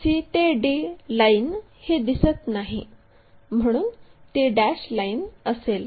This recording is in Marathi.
c ते d लाइन ही दिसत नाही म्हणून ती डॅश लाईन असेल